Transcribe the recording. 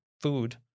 food